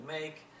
make